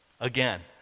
again